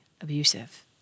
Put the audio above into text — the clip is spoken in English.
abusive